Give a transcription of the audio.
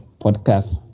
podcast